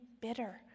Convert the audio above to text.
bitter